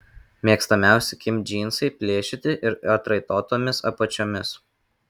mėgstamiausi kim džinsai plėšyti ir atraitotomis apačiomis